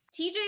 TJ